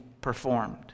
performed